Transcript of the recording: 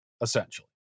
essentially